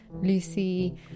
Lucy